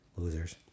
Losers